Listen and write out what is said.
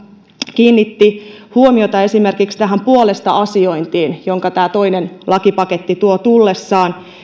kiinnitti sellaista huomiota esimerkiksi tähän puolesta asiointiin jonka tämä toinen lakipaketti tuo tullessaan